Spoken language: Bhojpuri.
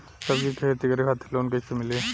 सब्जी के खेती करे खातिर लोन कइसे मिली?